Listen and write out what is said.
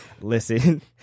Listen